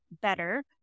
better